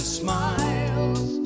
smiles